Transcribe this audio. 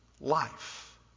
life